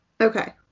Okay